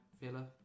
Villa